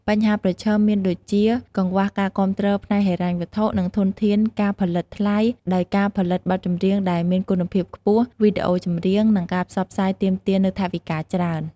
បញ្ហាប្រឈមមានដូចជា កង្វះការគាំទ្រផ្នែកហិរញ្ញវត្ថុ និងធនធានការផលិតថ្លៃ ដោយការផលិតបទចម្រៀងដែលមានគុណភាពខ្ពស់ វីដេអូចម្រៀង និងការផ្សព្វផ្សាយទាមទារនូវថវិកាច្រើន។